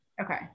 Okay